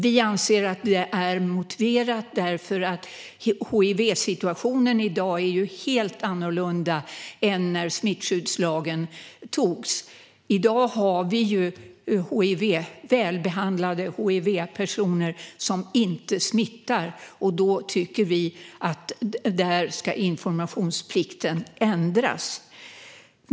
Vi anser att det är motiverat därför att hivsituationen i dag är helt annorlunda än när smittskyddslagen antogs. I dag har vi välbehandlade hivinfekterade personer som inte smittar, och då tycker vi att informationsplikten ska ändras.